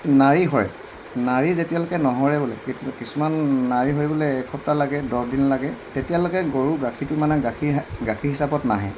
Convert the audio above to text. নাড়ী সৰে নাড়ী যেতিয়ালৈকে নসৰে বোলে কিছুমান নাড়ী সৰিবলৈ এসপ্তাহ লাগে দহদিন লাগে তেতিয়ালৈকে গৰু গাখীৰটো মানে গাখীৰ গাখীৰ হিচাপত নাহে